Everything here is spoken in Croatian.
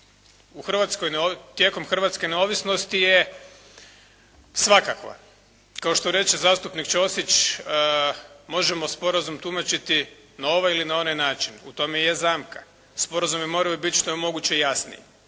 aranžmana tijekom hrvatske neovisnosti je svakakva. Kao što reče zastupnik Ćosić možemo sporazum tumačiti na ovaj ili na onaj način, u tome je zamka. Sporazumi moraju biti što je moguće jasniji.